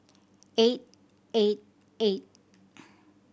eight eight eight